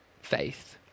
faith